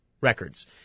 records